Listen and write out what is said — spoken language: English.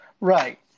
right